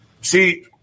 See